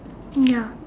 ya